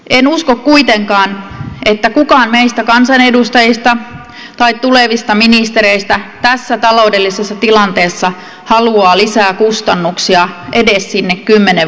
en usko kuitenkaan että kukaan meistä kansanedustajista tai tulevista ministereistä tässä taloudellisessa tilanteessa haluaa lisää kustannuksia edes sinne kymmenen vuoden päähän